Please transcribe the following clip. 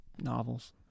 novels